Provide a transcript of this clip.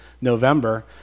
November